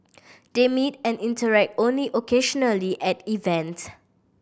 they meet and interact only occasionally at events